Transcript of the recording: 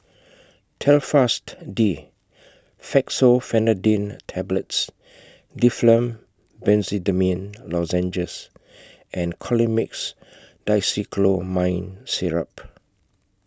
Telfast D Fexofenadine Tablets Difflam Benzydamine Lozenges and Colimix Dicyclomine Syrup